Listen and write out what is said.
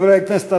חברי הכנסת,